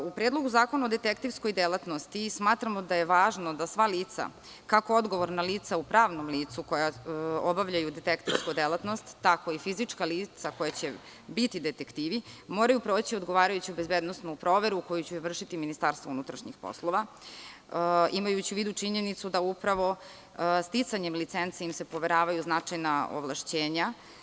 U Predlogu zakona o detektivskoj delatnosti smatramo da je važno da sva lica, kako odgovorna lica u pravnom licu koja obavljaju detektivsku delatnost, tako i fizička lica koja će biti detektivi, moraju proći odgovarajuću bezbednosnu proveru koju će vršiti MUP, imajući u vidu činjenicu da upravo sticanjem licenci im se poveravaju značajna ovlašćenja.